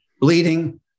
bleeding